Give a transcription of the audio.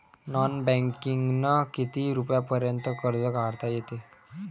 Non बँकिंगनं किती रुपयापर्यंत कर्ज काढता येते?